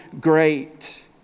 great